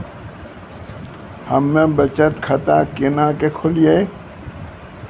हम्मे बचत खाता केना के खोलियै?